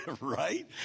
right